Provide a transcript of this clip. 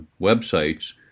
websites